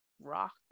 rock